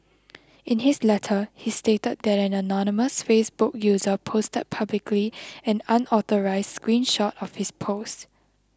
in his letter he stated that an anonymous Facebook user posted publicly an unauthorised screen shot of his post